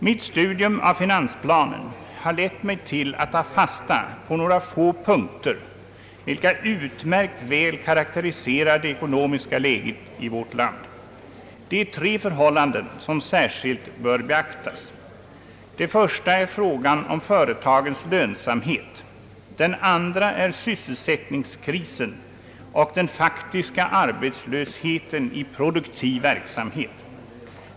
Mitt studium av finansplanen har lett mig till att ta fasta på några få punkter, vilka utmärkt väl karakteriserar det ekonomiska läget i vårt land. Det är tre förhållanden som särskilt bör beaktas. Det första är frågan om företagens lönsamhet. Det andra är sysselsättningskrisen och den faktiska arbetslösheten i produktiv verksamhet.